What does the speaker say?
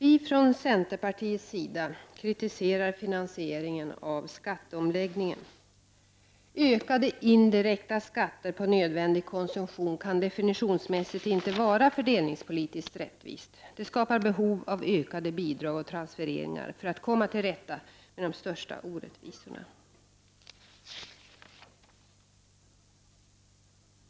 Herr talman! Vi i centern kritiserar finansieringen av skatteomläggningen. Ökade indirekta skatter på nödvändig konsumtion kan definitionsmässigt inte vara fördelningspolitiskt rättvisa. Det skapar behov av ökade bidrag och transfereringar för att man skall komma till rätta med de största orättvisorna.